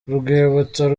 urwibutso